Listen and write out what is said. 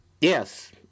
Yes